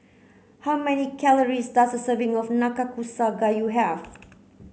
how many calories does a serving of Nanakusa Gayu have